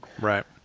Right